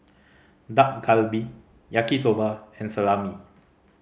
Dak Galbi Yaki Soba and Salami